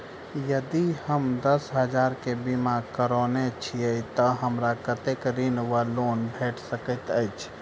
यदि हम दस हजार केँ बीमा करौने छीयै तऽ हमरा कत्तेक ऋण वा लोन भेट सकैत अछि?